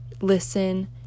listen